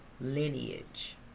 lineage